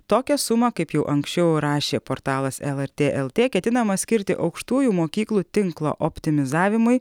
tokią sumą kaip jau anksčiau rašė portalas lrt lt ketinama skirti aukštųjų mokyklų tinklo optimizavimui